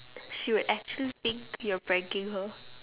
she would actually think you're pranking her